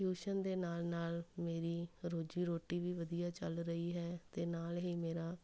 tuition ਦੇ ਨਾਲ਼ ਨਾਲ਼ ਮੇਰੀ ਰੋਜ਼ੀ ਰੋਟੀ ਵੀ ਵਧੀਆ ਚੱਲ ਰਹੀ ਹੈ ਅਤੇ ਨਾਲ਼ ਹੀ ਮੇਰਾ